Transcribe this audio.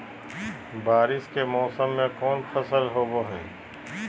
बारिस के मौसम में कौन फसल होबो हाय?